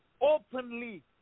openly